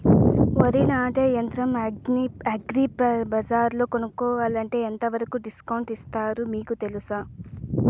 వరి నాటే యంత్రం అగ్రి బజార్లో కొనుక్కోవాలంటే ఎంతవరకు డిస్కౌంట్ ఇస్తారు మీకు తెలుసా?